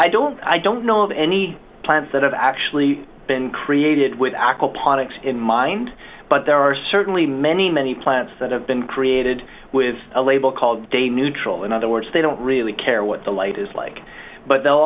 i don't i don't know of any plants that have actually been created with aquaponics in mind but there are certainly many many plants that have been created with a label called de neutral in other words they don't really care what the light is like but they'll